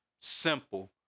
simple